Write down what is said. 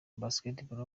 basketball